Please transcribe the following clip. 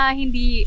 hindi